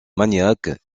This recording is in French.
maniaque